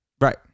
Right